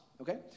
Okay